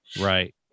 right